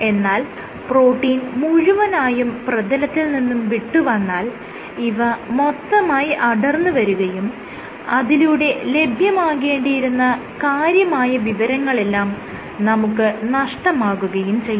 എന്നാൽ പ്രോട്ടീൻ മുഴുവനായും പ്രതലത്തിൽ നിന്നും വിട്ടുവന്നാൽ ഇവ മൊത്തമായി അടർന്ന് വരികയും അതിലൂടെ ലഭ്യമാകേണ്ടിയിരുന്ന കാര്യമായ വിവരങ്ങളെല്ലാം നമുക്ക് നഷ്ടമാകുകയും ചെയ്യുന്നു